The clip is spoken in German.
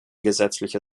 gesetzliche